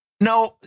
No